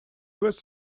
was